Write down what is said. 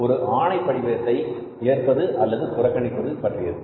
ஒரு ஆணை படிவத்தை ஏற்பது அல்லது புறக்கணிப்பது பற்றியது